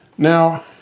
Now